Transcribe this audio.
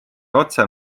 otse